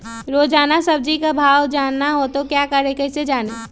रोजाना सब्जी का भाव जानना हो तो क्या करें कैसे जाने?